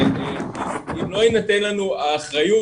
אם לא תינתן לנו האחריות,